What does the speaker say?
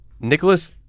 Nicholas